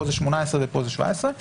פה זה 18 ופה זה 17,